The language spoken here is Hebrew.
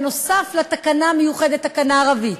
נוסף על התקנה המיוחדת יש תקנה ערבית,